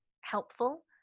helpful